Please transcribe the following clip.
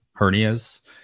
hernias